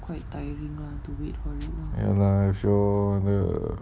yes lah if you're the